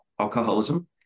alcoholism